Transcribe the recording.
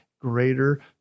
greater